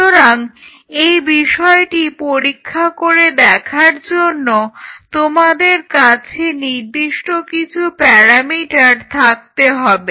সুতরাং এই বিষয়টি পরীক্ষা করে দেখবার জন্য তোমাদের কাছে নির্দিষ্ট কিছু প্যারামিটার থাকতে হবে